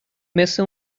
مثل